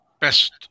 best